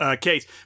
case